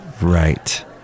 right